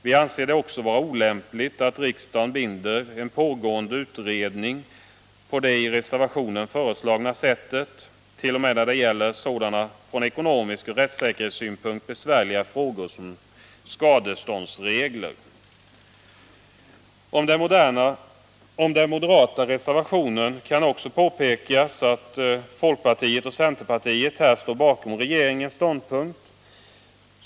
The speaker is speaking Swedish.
Vi anser det också vara olämpligt att riksdagen binder en pågående utredning på det i reservationen föreslagna sättet, t.o.m. när det gä sådana från ekonomisk synpunkt och rättssäkerhetssynpunkt besvärliga frågor som skadeståndsregler. Beträffande den moderata reservationen kan också påpekas att folkpartiet och centerpartiet här står bakom regeringens ståndpunkt.